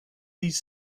these